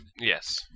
Yes